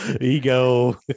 Ego